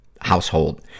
household